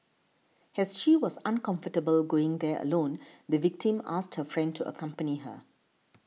has she was uncomfortable going there alone the victim asked her friend to accompany her